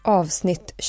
avsnitt